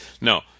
No